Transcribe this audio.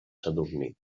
sadurní